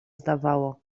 zdawało